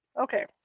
Okay